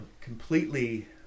completely